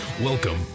Welcome